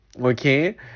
Okay